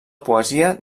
poesia